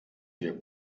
wir